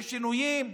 יש שינויים,